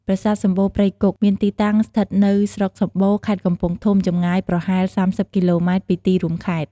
ប្រាសាទសំបូរព្រៃគុក មានទីតាំង ស្ថិតនៅស្រុកសំបូរ ខេត្តកំពង់ធំ ចម្ងាយប្រហែល ៣០ គីឡូម៉ែត្រពីទីរួមខេត្ត។